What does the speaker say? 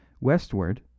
Westward